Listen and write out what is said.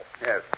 Yes